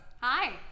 Hi